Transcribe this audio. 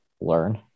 learn